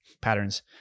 patterns